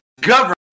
government